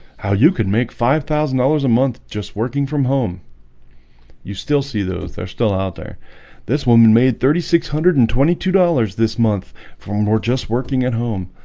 how you could make five thousand dollars a month just working from home you still see those they're still out there this woman made thirty six hundred and twenty-two dollars this month for more just working at home,